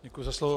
Děkuji za slovo.